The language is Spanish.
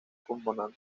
pulmonar